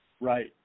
right